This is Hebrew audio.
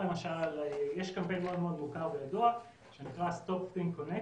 יש קמפיין מוכר וידוע שנקרא stop, think, connect